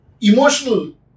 emotional